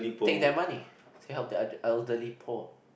take their money to help the el~ elderly poor